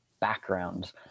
background